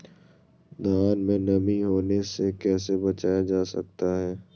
धान में नमी होने से कैसे बचाया जा सकता है?